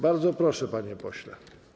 Bardzo proszę, panie pośle.